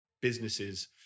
businesses